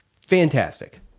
fantastic